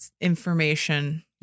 information